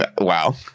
Wow